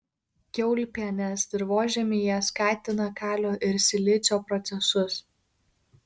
kiaulpienės dirvožemyje skatina kalio ir silicio procesus